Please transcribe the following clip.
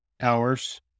hours